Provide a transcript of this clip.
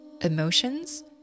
emotions